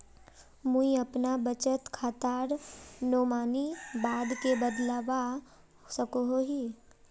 मुई अपना बचत खातार नोमानी बाद के बदलवा सकोहो ही?